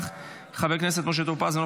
חבר הכנסת סימון דוידסון,